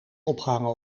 opgehangen